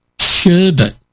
Sherbet